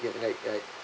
get like a